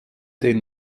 den